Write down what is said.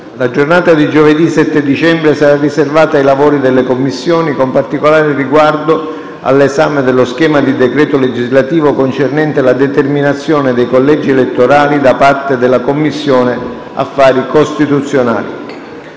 La giornata di giovedì 7 dicembre sarà riservata ai lavori delle Commissioni, con particolare riguardo all'esame dello schema di decreto legislativo concernente la determinazione dei collegi elettorali da parte della Commissione affari costituzionali.